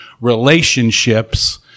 relationships